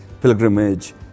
pilgrimage